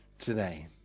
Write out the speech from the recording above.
today